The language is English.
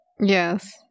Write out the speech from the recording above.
Yes